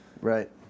Right